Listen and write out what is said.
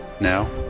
Now